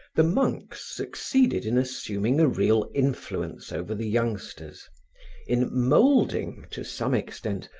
the monks succeeded in assuming a real influence over the youngsters in molding, to some extent,